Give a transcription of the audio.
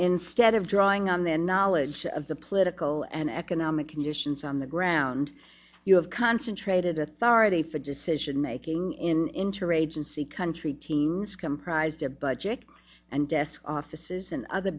instead of drawing on their knowledge of the political and economic conditions on the ground you have concentrated authority for decision making in interagency country teams comprised of budget and desk offices and other